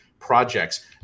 projects